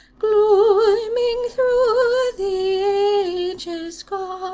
glooming through the ages gone